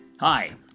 Hi